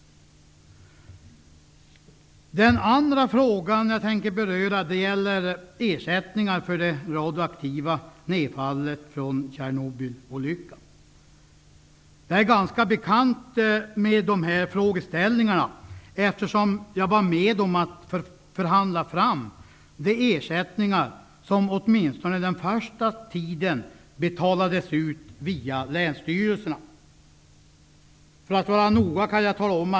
Jag vill också beröra frågan om ersättning för det radioaktiva nedfallet från Tjernobylolyckan. Jag är ganska bekant med de frågeställningarna eftersom jag var med om att förhandla fram de ersättningar som, åtminstone den första tiden, betalades ut via länsstyrelserna.